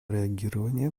реагирования